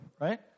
right